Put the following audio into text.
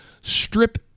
strip